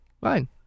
fine